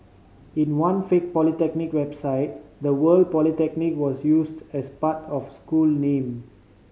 in one fake polytechnic website the word Polytechnic was used as part of school name